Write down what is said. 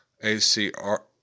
A-C-R